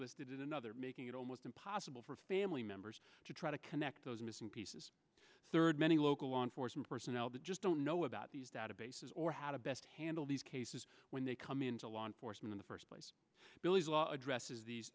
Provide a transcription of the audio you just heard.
listed in another making it almost impossible for family members to try to connect those missing pieces third many local law enforcement personnel that just don't know about these databases or how to best handle these cases when they come into law enforcement in the first place billy's law addresses these